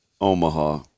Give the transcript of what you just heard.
Omaha